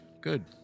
Good